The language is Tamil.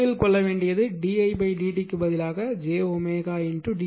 இங்கு நினைவில் கொள்ள வேண்டியது ddt பதிலாக jw